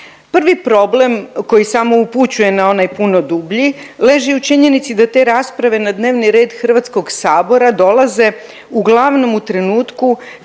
Prvi problem koji samo upućuje na onaj puno dublji leži u činjenici da te rasprave na dnevni red HS-a dolaze uglavnom u trenutku